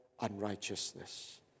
unrighteousness